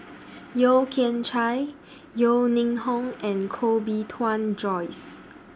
Yeo Kian Chai Yeo Ning Hong and Koh Bee Tuan Joyce